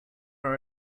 are